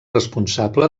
responsable